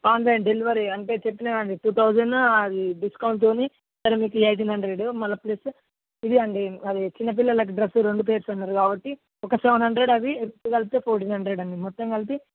online delivery అంటే చెప్పినానండి two thousand అది డిస్కౌంట్తోని సరే మీకు ఎయిటీన్ హండ్రెడ్ మళ్ళీ ప్లస్ ఇది అండి అది చిన్నపిల్లలకి డ్రస్సు రెండు పేర్స్ ఉన్నారు కాబట్టి ఒక సెవెన్ హండ్రెడ్ అవి రెండు కలిపితే ఫోర్టీన్ హండ్రెడ్ అండి మొత్తం కలిపి